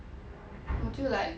我就 like